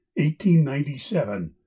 1897